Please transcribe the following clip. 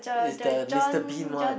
is the Mister Bean one